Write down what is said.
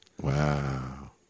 Wow